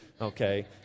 okay